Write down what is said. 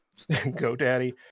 GoDaddy